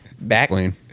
Back